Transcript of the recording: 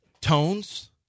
tones